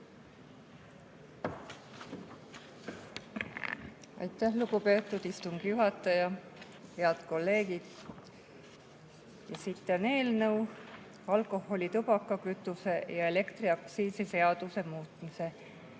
Aitäh, lugupeetud istungi juhataja! Head kolleegid! [Esitlen] eelnõu alkoholi‑, tubaka‑, kütuse‑ ja elektriaktsiisi seaduse muutmiseks.